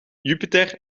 jupiter